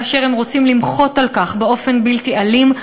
כאשר הם רוצים למחות על כך באופן בלתי אלים,